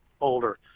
older